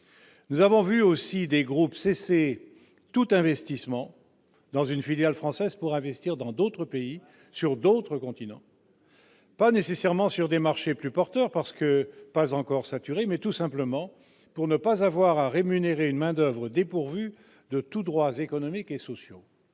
nous avons vu aussi des groupes cesser tout investissement dans une filiale française pour investir dans d'autres pays, sur d'autres continents. Pas nécessairement sur des marchés plus porteurs parce que pas encore saturé, mais tout simplement pour ne pas avoir à rémunérer une main-d'oeuvre dépourvus de tous droits économiques et sociaux.